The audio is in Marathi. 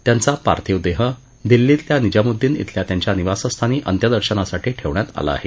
त्यांचा पार्थिव देह दिल्लीतल्या निजामुद्दीन इथल्या त्यांच्या निवासस्थानी अंत्यदर्शनासाठी ठेवण्यात आला आहे